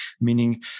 meaning